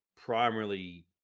primarily